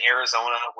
Arizona